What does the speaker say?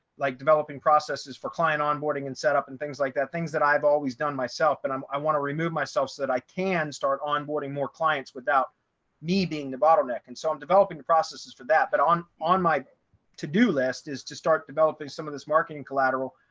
like developing processes for client onboarding and setup and things like that things that i've always done myself and i want to remove myself so that i can start onboarding more clients without me being the bottleneck. and so i'm developing the processes for that, but on on my to do list is to start developing some of this marketing collateral.